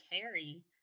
carry